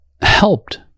helped